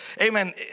amen